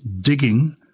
digging